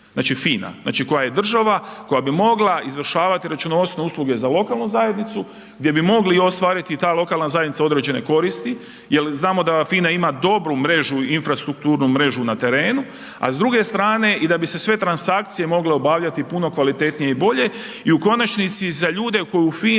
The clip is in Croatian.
Znači FINA, znači koja je država, koja bi mogla izvršavati računovodstvene usluge za lokalnu zajednicu gdje bi mogli i ostvariti ta lokalna zajednica određene koristi, jel znamo da FINA ima dobru mrežu, infrastrukturnu mrežu na terenu, a s druge strane i da bi se sve transakcije mogle obavljati puno kvalitetnije i bolje i u konačnici za ljude koji u FINI